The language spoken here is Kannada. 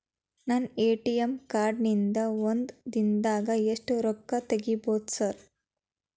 ನನ್ನ ಎ.ಟಿ.ಎಂ ಕಾರ್ಡ್ ನಿಂದಾ ಒಂದ್ ದಿಂದಾಗ ಎಷ್ಟ ರೊಕ್ಕಾ ತೆಗಿಬೋದು ಸಾರ್?